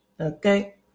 Okay